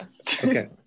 okay